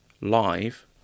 live